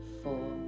four